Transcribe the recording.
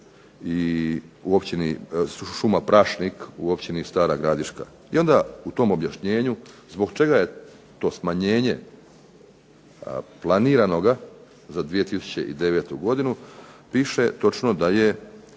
Okučani i šuma Prašnik u općini Stara Gradiška. I onda u tom objašnjenju zbog čega je to smanjenje planiranoga za 2009. piše točno da je